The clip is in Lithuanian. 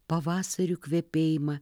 pavasarių kvepėjimą